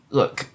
look